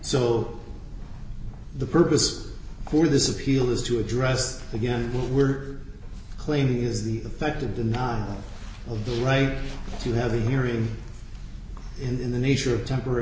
so the purpose for this appeal is to addressed again what we're claiming is the effect of denial of the right to have a hearing in the nature of temporary